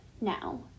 now